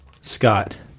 Scott